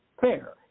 fair